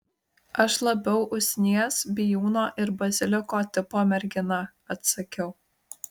aš labiau usnies bijūno ir baziliko tipo mergina atsakiau